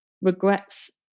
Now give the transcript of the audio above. regrets